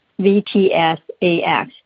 VTSAX